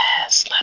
Yes